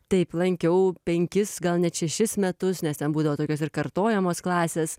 taip lankiau penkis gal net šešis metus nes ten būdavo tokios ir kartojamos klasės